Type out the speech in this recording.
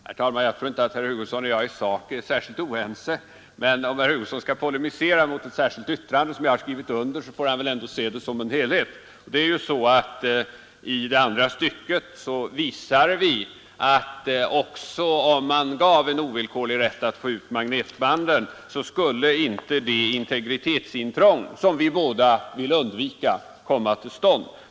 Herr talman! Jag tror inte att herr Hugosson och jag i sak är särskilt oense. Men om herr Hugosson skall polemisera mot ett särskilt yttrande som jag varit med om att avge får han väl ändå se det som en helhet. Och i andra stycket av det särskilda yttrandet visar vi ju att även om man införde en ovillkorlig rätt att få ut magnetbanden skulle inte det integritetsintrång som vi båda vill undvika komma till stånd.